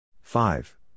five